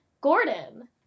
Gordon